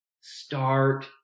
Start